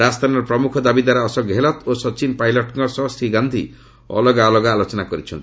ରାଜସ୍ଥାନର ପ୍ରମୁଖ ଦାବିଦାର ଅଶୋକ ଗେହଲଟଙ୍କ ଓ ସଚିନ ପାଇଲଟଙ୍କ ସହ ଶ୍ରୀ ଗାନ୍ଧୀ ଅଲଗା ଅଲଗା ଆଲୋଚନା କରିଛନ୍ତି